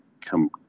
come